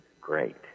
great